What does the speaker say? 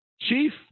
Chief